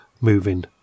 moving